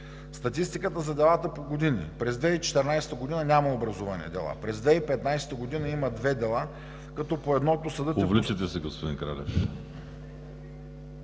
Статистиката за делата по години: през 2014 г. няма образувани дела; през 2015 г. има две дела, като по едното съдът…